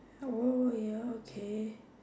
oh ya okay